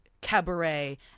cabaret